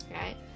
right